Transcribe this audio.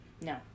no